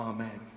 Amen